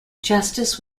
justice